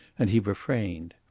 and he refrained.